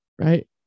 right